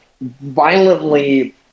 violently